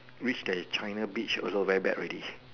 reach the China beach also very bad already